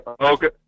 okay